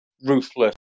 ruthless